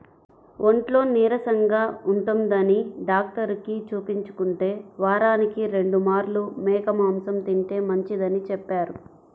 ఒంట్లో నీరసంగా ఉంటందని డాక్టరుకి చూపించుకుంటే, వారానికి రెండు మార్లు మేక మాంసం తింటే మంచిదని చెప్పారు